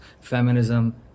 feminism